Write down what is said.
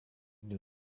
new